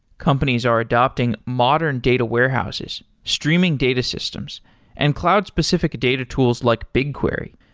companies are adopting modern data warehouses, streaming data systems and cloud specific data tools like bigquery.